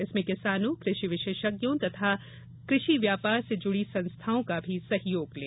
इसमें किसानों कृषि विशेषज्ञों तथा कृषि व्यापार से जुड़ी संस्थाओं का भी सहयोग लें